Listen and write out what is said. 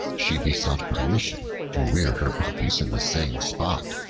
she besought permission to rear her puppies in the same spot.